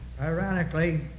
ironically